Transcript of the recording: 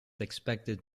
expected